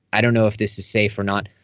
i don't know if this is safe or not.